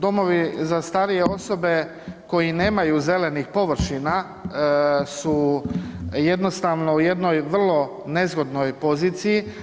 Domovi za starije osobe koji nemaju zelenih površina su jednostavno u jednoj vrlo nezgodnoj poziciji.